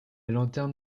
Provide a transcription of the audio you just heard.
lanterne